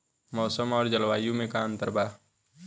मौसम और जलवायु में का अंतर बा?